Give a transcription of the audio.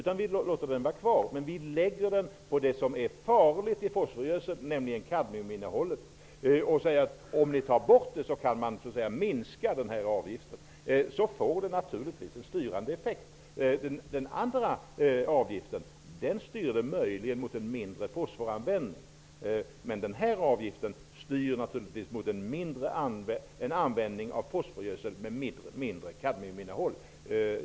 Vi låter avgiften vara kvar, men vi lägger den på det farliga i fosforgödseln, nämligen kadmiuminnehållet. Vi säger att denna avgift kan minskas om man tar bort kadmiuminnehållet. Då får detta naturligtvis en styrande effekt. Den andra avgiften styrde möjligen mot en mindre fosforanvändning. Denna avgift styr naturligtvis mot användning av fosforgödsel med ett mindre kadmiuminnehåll.